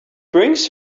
brings